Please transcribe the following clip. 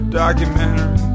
documentary